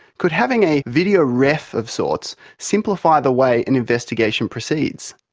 could having a video ref of sorts simplify the way an investigation proceeds?